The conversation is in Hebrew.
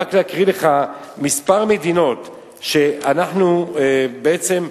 רק להקריא לך כמה מדינות שאנחנו בעצם,